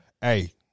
hey